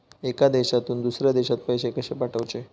एका देशातून दुसऱ्या देशात पैसे कशे पाठवचे?